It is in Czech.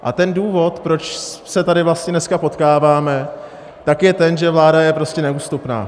A ten důvod, proč se tady vlastně dneska potkáváme, je ten, že vláda je prostě neústupná.